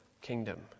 kingdom